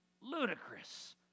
ludicrous